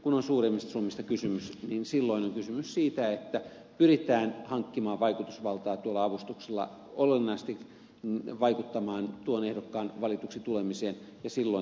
kun on suuremmista summista kysymys niin silloin on kysymys siitä että pyritään hankkimaan vaikutusvaltaa tuolla avustuksella olennaisesti vaikuttamaan tuon ehdokkaan valituksi tulemiseen ja silloin tämä julkisuus on erittäin hyvä